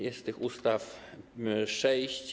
Jest tych ustaw sześć.